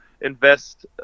invest